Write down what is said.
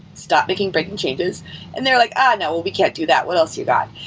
stop making breaking changes and they're like, ah, no. well, we can't do that. what else you got?